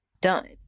done